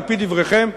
על-פי דבריכם,